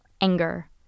anger